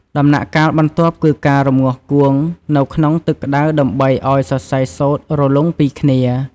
ដំណាក់កាលបន្ទាប់គឺការរំងាស់គួងនៅក្នុងទឹកក្ដៅដើម្បីធ្វើឲ្យសរសៃសូត្ររលុងពីគ្នា។